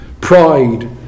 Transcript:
pride